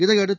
இதையடுத்து